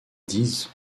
disent